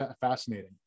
fascinating